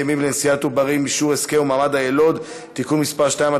עוברים (אישור הסכם ומעמד היילוד) (תיקון מס' 2),